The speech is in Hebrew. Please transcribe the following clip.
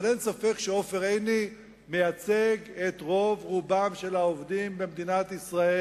אבל אין ספק שעופר עיני מייצג את רוב-רובם של העובדים במדינת ישראל,